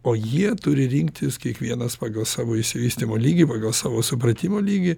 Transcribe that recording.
o jie turi rinktis kiekvienas pagal savo išsivystymo lygį pagal savo supratimo lygį